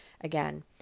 again